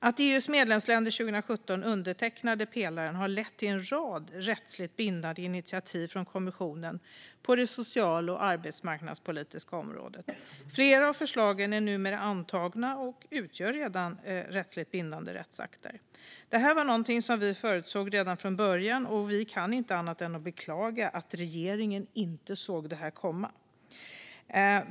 Att EU:s medlemsländer 2017 undertecknade pelaren har lett till en rad rättsligt bindande initiativ från kommissionen på det sociala och arbetsmarknadspolitiska området. Flera av förslagen är numera antagna och utgör redan rättsligt bindande rättsakter. Detta var något som vi kunde förutse redan från början, och vi kan inte annat än beklaga att regeringen inte såg det komma.